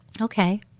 okay